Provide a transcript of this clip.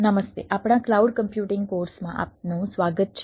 નમસ્તે આપણા cloud computing માં આપનું સ્વાગત છે